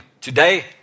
today